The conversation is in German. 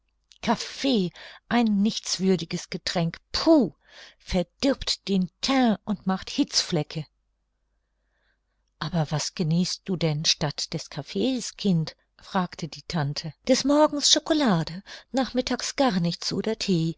kaffee ein nichtswürdiges getränk puh verdirbt den teint und macht hitzflecke aber was genießt du denn statt des kaffee's kind fragte die tante des morgens chocolade nachmittags gar nichts oder thee